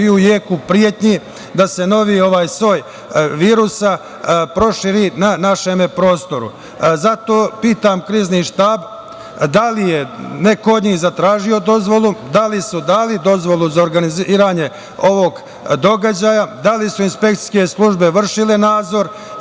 i u jeku pretnje da se novi soj virusa proširi na našem prostoru. Zato pitam Krizni štab – da li je neko od njih zatražio dozvolu? Da li su dali dozvolu za organizovanje ovog događaja? Da li su inspekcijske službe vršile nadzor